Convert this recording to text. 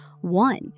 one